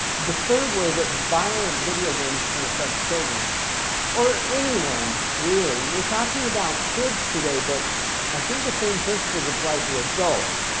the third way that violent video games can affect children or anyone really. we're talking about kids today but i think the same principles apply to adults.